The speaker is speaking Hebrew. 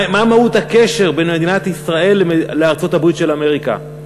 מה מהות הקשר בין מדינת ישראל לארצות-הברית של אמריקה,